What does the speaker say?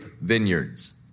vineyards